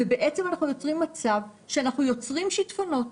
ובעצם אנחנו מייצרים מצב שאנחנו יוצרים שיטפונות,